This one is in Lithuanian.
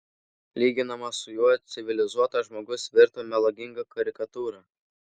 lyginamas su juo civilizuotas žmogus virto melaginga karikatūra